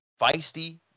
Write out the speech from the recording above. feisty